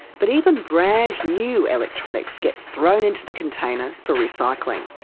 but even brand new electronics get thrown into the container for recycling,